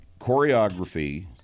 choreography